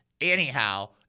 Anyhow